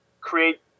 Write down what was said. create